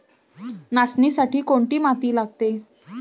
नाचणीसाठी कोणती माती लागते?